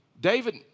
David